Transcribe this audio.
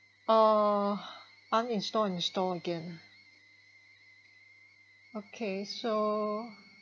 oh uninstall and install again okay so